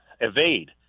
evade